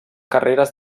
carreres